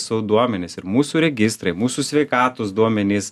savo duomenis ir mūsų registrai mūsų sveikatos duomenys